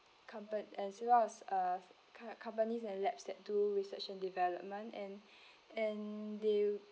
compan~ as well as uh com~ companies and labs that do research and development and and they